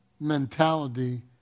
mentality